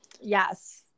Yes